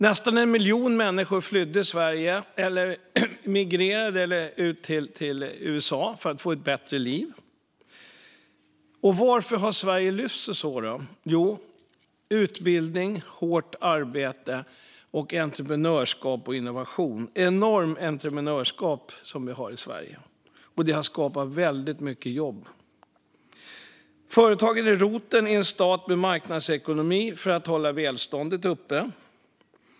Nästan en miljon människor flydde Sverige, det vill säga migrerade till USA för att få ett bättre liv. Hur har Sverige lyft sig? Jo, genom utbildning, hårt arbete, entreprenörskap och innovation. Det finns ett enormt entreprenörskap i Sverige, och det har skapat många jobb. Företagen är roten i en stat med marknadsekonomi för att hålla välståndet uppe.